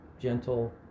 gentle